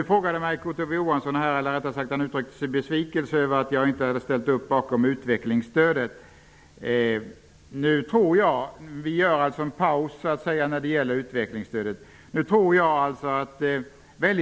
Kurt Ove Johansson uttryckte besvikelse över att jag inte hade ställt mig bakom utvecklingsstödet. Vi gör nu en paus vad gäller utvecklingsstödet.